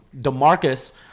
DeMarcus